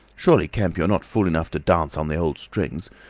surely, kemp, you're not fool enough to dance on the old strings.